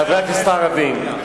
חברי הכנסת הערבים,